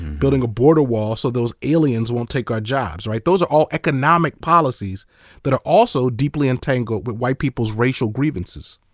building a border wall so those aliens won't take our jobs. those are all economic policies that are also deeply entangled with white people's racial grievances.